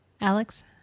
Alex